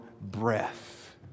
breath